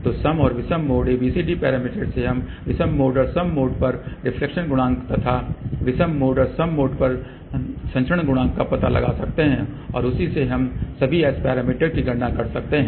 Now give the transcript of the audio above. तो सम और विषम मोड ABCD पैरामीटर्स से हम विषम मोड और सम मोड पर रिफ्लेक्शन गुणांक तथा विषम मोड और सम मोड पर संचरण गुणांक का पता लगा सकते हैं और उसी से हम सभी S पैरामीटर्स की गणना कर सकते हैं